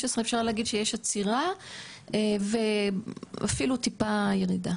מ-2015 אפשר להגיד שיש עצירה ואפילו טיפה ירידה.